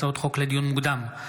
הצעות חוק לדיון מוקדם,